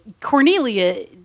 Cornelia